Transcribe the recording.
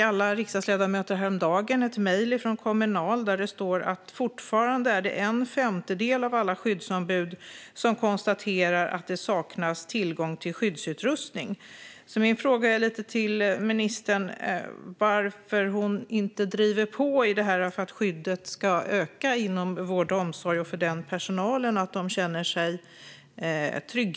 Alla vi riksdagsledamöter fick häromdagen ett mejl från Kommunal där det stod att det fortfarande är en femtedel av alla skyddsombud som konstaterar att det saknas tillgång till skyddsutrustning. Min fråga till ministern är varför hon inte driver på för att skyddet ska öka inom vård och omsorg och för den personalen, så att personalen känner sig trygg.